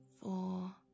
four